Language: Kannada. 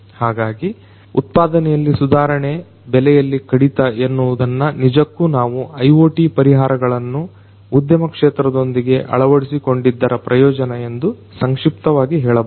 ಹಾಗಾಗಿ ಉತ್ಪಾದನೆಯಲ್ಲಿ ಸುಧಾರಣೆ ಬೆಲೆಯಲ್ಲಿ ಕಡಿತ ಎನ್ನವುದನ್ನ ನಿಜಕ್ಕೂ ನಾವು IoT ಪರಿಹಾರಗಳನ್ನ ಉದ್ಯಮ ಕ್ಷೇತ್ರದೊಂದಿಗೆ ಅಳವಡಿಸಿಕೊಂಡಿದ್ದರ ಪ್ರಯೋಜನ ಎಂದು ಸಂಕ್ಷಿಪ್ತವಾಗಿ ಹೇಳಬಹುದು